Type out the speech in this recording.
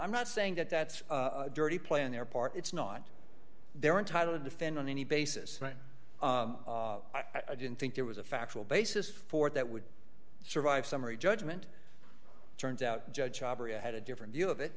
i'm not saying that that's dirty play on their part it's not they're entitled to fend on any basis i didn't think there was a factual basis for it that would survive summary judgment turns out judge had a different view of it